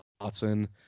watson